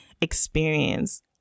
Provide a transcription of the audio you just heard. experience